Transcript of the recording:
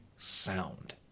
sound